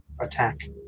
attack